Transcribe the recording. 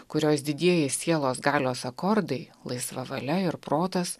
kurios didieji sielos galios akordai laisva valia ir protas